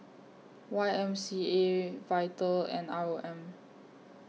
Y M C A Vital and R O M